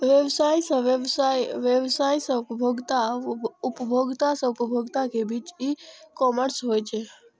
व्यवसाय सं व्यवसाय, व्यवसाय सं उपभोक्ता आ उपभोक्ता सं उपभोक्ता के बीच ई कॉमर्स होइ छै